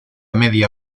media